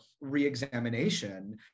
re-examination